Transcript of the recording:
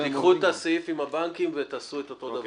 קחו את הסעיף עם הבנקים ותעשו את אותו דבר.